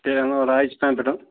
تیٚلہِ اَنو راجستھان پٮ۪ٹھ